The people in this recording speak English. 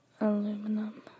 aluminum